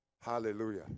Hallelujah